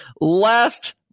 last